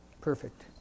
Perfect